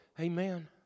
Amen